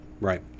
right